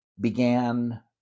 began